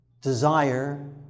desire